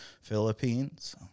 Philippines